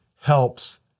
helps